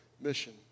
mission